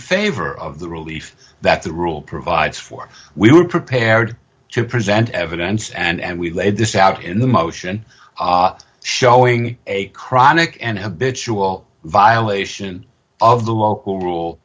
favor of the relief that the rule provides for we were prepared to present evidence and we laid this out in the motion showing a chronic and habitual violation of the local rule